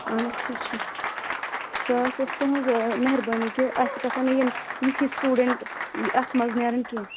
اَہَن حظ ٹھیٖک چھُ سۄ ٲس اَسہِ تُہٕنٛز مہربٲنی کہِ اَسہِ گژھن نہٕ یِم یِتھی ہِوِۍ سِٹوٗڈنٛٹ اَتھٕ منٛز نیرٕنۍ کیٚنٛہہ